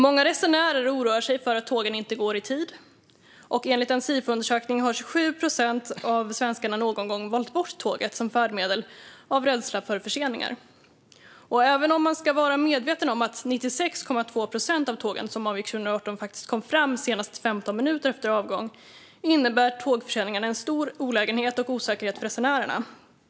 Många resenärer oroar sig för att tågen inte går i tid. Enligt en Sifo-undersökning har 27 procent av svenskarna någon gång valt bort tåget som färdmedel av rädsla för förseningar. Även om man ska vara medveten om att 96,2 procent av tågen som avgick 2018 faktiskt kom fram högst 15 minuter för sent innebär tågförseningarna en stor olägenhet och osäkerhet för resenärerna.